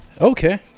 Okay